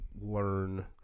Learn